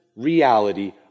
reality